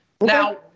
Now